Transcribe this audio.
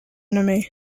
enemy